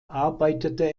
arbeitete